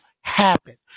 happen